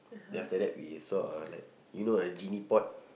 then after that we saw a like you know a genie pot